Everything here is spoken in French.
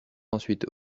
ensuite